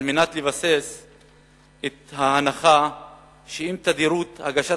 ולבסס את ההנחה שאם התכיפות של הגשת